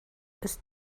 ist